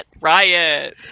Riot